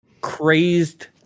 crazed